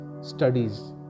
studies